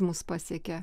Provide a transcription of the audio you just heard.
mus pasiekė